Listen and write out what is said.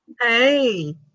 Hey